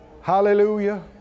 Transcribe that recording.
Hallelujah